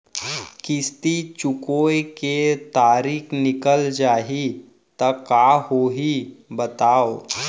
किस्ती चुकोय के तारीक निकल जाही त का होही बताव?